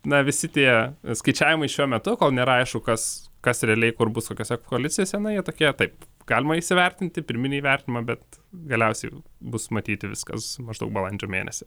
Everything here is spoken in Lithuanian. na visi tie skaičiavimai šiuo metu kol nėra aišku kas kas realiai kur bus kokiose koalicijose na jie tokie taip galima įsivertinti pirminį įvertinimą bet galiausiai bus matyti viskas maždaug balandžio mėnesį